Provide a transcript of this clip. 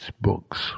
books